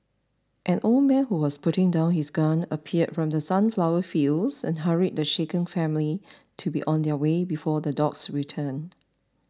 an old man who was putting down his gun appeared from the sunflower fields and hurried the shaken family to be on their way before the dogs return